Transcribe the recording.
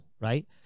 right